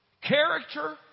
Character